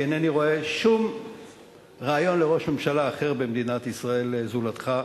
כי אינני רואה שום רעיון לראש ממשלה אחר במדינת ישראל זולתך,